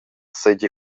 seigi